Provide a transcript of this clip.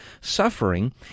suffering